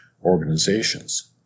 organizations